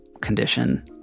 condition